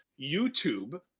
YouTube